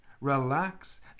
relax